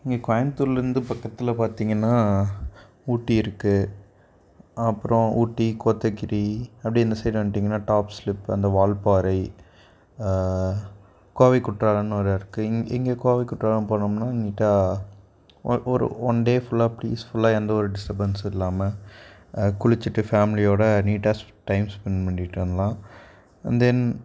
இங்கே கோயம்புத்தூர்லேருந்து பக்கத்தில் பார்த்திங்கன்னா ஊட்டி இருக்குது அப்புறம் ஊட்டி கோத்தகிரி அப்படியே இந்த சைடு வந்துட்டீங்கன்னா டாப் ஸ்லிப் அந்த வால்பாறை கோவை குற்றாலன்னு ஒன்று இருக்குது இங் இங்கே கோவை குற்றாலம் போனோம்னால் நீட்டாக ஓர் ஒரு ஒன் டே ஃபுல்லாக பீஸ்ஃபுல்லாக எந்தவொரு டிஸ்டபென்ஸும் இல்லாமல் குளித்துட்டு ஃபேமிலியோடு நீட்டாக டைம் ஸ்பென் பண்ணிவிட்டு வரலாம் அண்ட் தென்